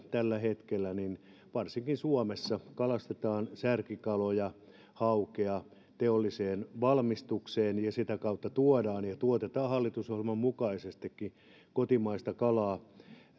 tällä hetkellä itämerellä ja varsinkin suomessa kalastetaan särkikaloja ja haukea teolliseen valmistukseen ja sitä kautta tuodaan ja ja tuotetaan hallitusohjelman mukaisestikin kotimaista kalaa